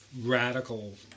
radical